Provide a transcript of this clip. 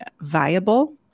viable